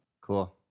cool